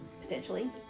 Potentially